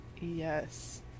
Yes